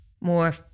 more